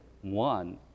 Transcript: one